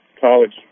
college